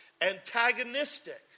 antagonistic